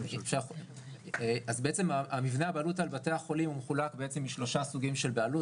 אז בעצם המבנה על בעלות על בתי החולים מחולק לשלושה סוגים של בעלות.